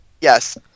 Yes